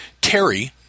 Terry